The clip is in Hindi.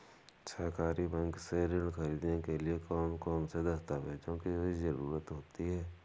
सहकारी बैंक से ऋण ख़रीदने के लिए कौन कौन से दस्तावेजों की ज़रुरत होती है?